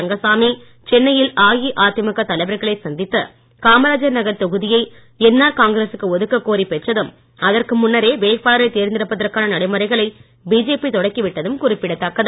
ரங்கசாமி சென்னையில் அஇஅதிமுக தலைவர்களை சந்தித்து காமராஜர் நகர் தொகுதியை என்ஆர் காங்கிரசுக்கு ஒதுக்கக் கோரிப் பெற்றதும் அதற்கு முன்னரே வேட்பாளரைத் தேர்ந்தெடுப்பதற்கான நடைமுறைகளை பிஜேபி தொடக்கி விட்டதும் குறிப்பிடத்தக்கது